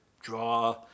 draw